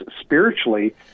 spiritually